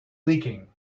leaking